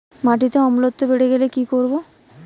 মাটিতে অম্লত্ব বেড়েগেলে কি করব?